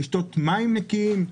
לשתות מים נקיים.